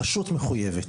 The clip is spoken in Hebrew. הרשות מחויבת.